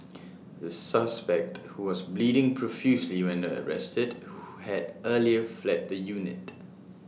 the suspect who was bleeding profusely when arrested had earlier fled the unit